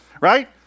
right